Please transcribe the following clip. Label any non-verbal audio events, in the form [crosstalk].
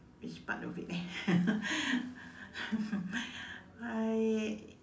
which part of it eh [laughs] I